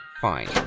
Fine